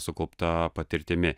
sukaupta patirtimi